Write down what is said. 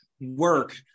work